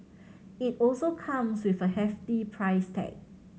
it also comes with a hefty price tag